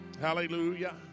hallelujah